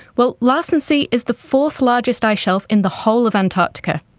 well, larsen c is the fourth largest ice shelf in the whole of antarctica.